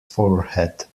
forehead